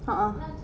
a'ah